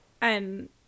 and-